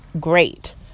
Great